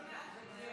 זה קריאה ראשונה.